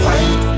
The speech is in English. Fight